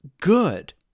good